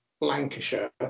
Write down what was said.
Lancashire